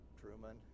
Truman